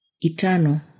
eternal